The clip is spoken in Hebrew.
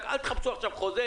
לחייג למשטרה או למוקדי חירום.